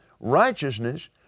righteousness